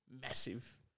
massive